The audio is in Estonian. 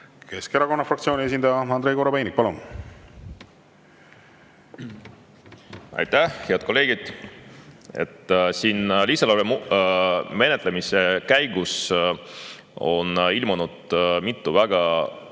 Keskerakonna fraktsiooni esindaja. Andrei Korobeinik, palun! Aitäh! Head kolleegid! Siin lisaeelarve menetlemise käigus on ilmunud mitu väga